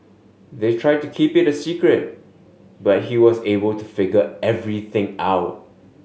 they tried to keep it a secret but he was able to figure everything out